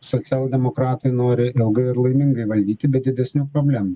socialdemokratai nori ilgai ir laimingai valdyti be didesnių problemų